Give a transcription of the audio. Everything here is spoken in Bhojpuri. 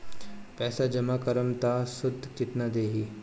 पैसा जमा करम त शुध कितना देही?